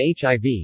HIV